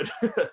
good